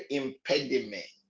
impediment